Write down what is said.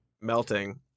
melting